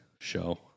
show